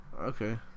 Okay